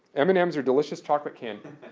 m and m's are delicious chocolate candy.